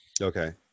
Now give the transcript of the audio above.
okay